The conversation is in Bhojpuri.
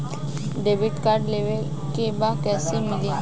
डेबिट कार्ड लेवे के बा कईसे मिली?